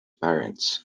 parents